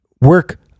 work